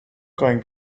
going